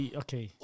okay